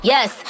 Yes